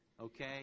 okay